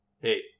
Hey